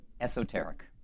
esoteric